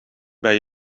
bij